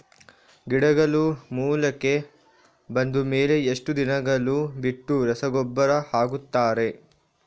ಗಿಡಗಳು ಮೊಳಕೆ ಬಂದ ಮೇಲೆ ಎಷ್ಟು ದಿನಗಳು ಬಿಟ್ಟು ರಸಗೊಬ್ಬರ ಹಾಕುತ್ತಾರೆ?